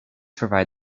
provide